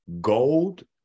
gold